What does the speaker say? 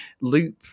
loop